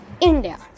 India